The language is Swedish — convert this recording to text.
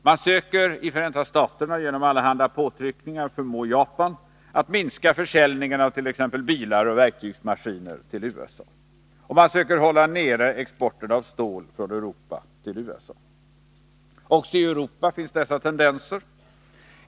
Man söker i Förenta staterna genom allehanda påtryckningar förmå Japan att minska försäljningen av t.ex. bilar och verktygsmaskiner till USA. Och man söker hålla ner exporten av stål från Europa till USA. Också i Europa finns dessa tendenser.